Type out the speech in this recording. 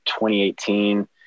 2018